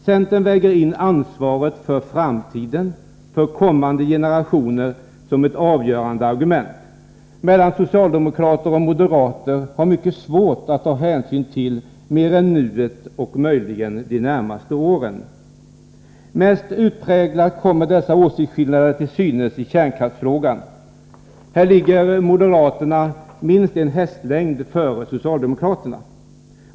Centern väger in ansvaret för framtiden och för kommande generationer som ett avgörande argument, medan socialdemokrater och moderater har mycket svårt att ta hänsyn till mer än nuet och möjligen utvecklingen under de närmaste åren. Mest utpräglat kommer dessa åsiktsskillnader till synes i kärnkraftsfrågan. Här ligger moderaterna minst en hästlängd före socialdemokraterna.